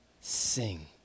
Sing